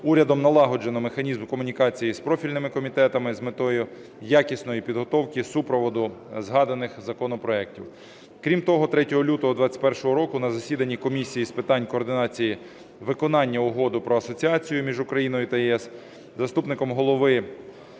урядом налагоджено механізми комунікації з профільними комітетами з метою якісної підготовки супроводу згаданих законопроектів. Крім того, 3 лютого 2021 року на засіданні Комісії з питань координації виконання Угоди про асоціацію між Україною та ЄС, заступником голови